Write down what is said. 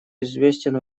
известен